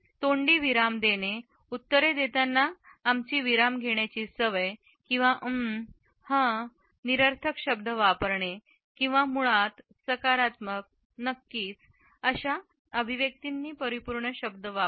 तोंडी विराम देणे उत्तरे देताना आमची विराम घेण्याची सवय किंवा आणि अं हं निरर्थक शब्द वापरणे किंवा आहे मुळात सकारात्मक नक्कीच अशा अभिव्यक्तींनी परिपूर्ण शब्द वापरणे